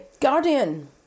Guardian